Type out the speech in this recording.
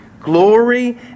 glory